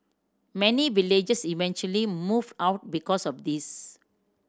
many villagers eventually moved out because of this